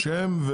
שם?